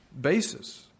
basis